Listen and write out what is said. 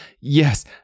yes